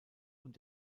und